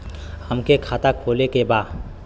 हमके खाता खोले के बा?